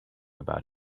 about